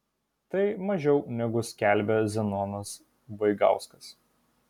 tai mažiau negu skelbė zenonas vaigauskas